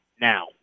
now